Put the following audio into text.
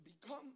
become